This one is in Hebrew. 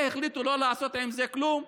החליטו לא לעשות עם זה כלום,